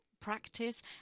Practice